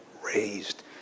raised